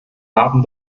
haben